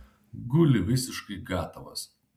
guli visiškai gatavas